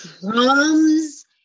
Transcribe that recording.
drums